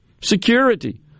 security